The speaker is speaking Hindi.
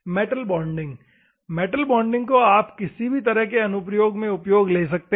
मेटल बॉन्डिंग मेटल बॉन्डिंग को आप किसी भी तरह कि अनुप्रयोग में उपयोग ले सकते हैं